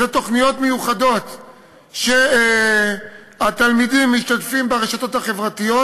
אלה תוכניות מיוחדות שהתלמידים משתתפים ברשתות החברתיות.